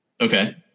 Okay